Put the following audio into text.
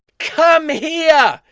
come here!